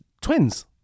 Twins